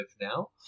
now